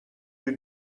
you